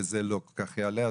וזה לא כל כך יעלה,